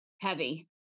heavy